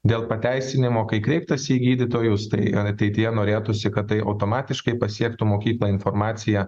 dėl pateisinimo kai kreiptasi į gydytojus tai ateityje norėtųsi kad tai automatiškai pasiektų mokyklą informacija